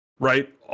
Right